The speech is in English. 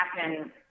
happen